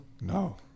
No